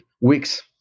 weeks